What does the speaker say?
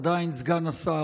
עדיין סגן השר,